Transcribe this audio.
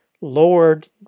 Lord